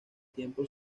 tiempo